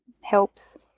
helps